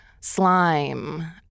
slime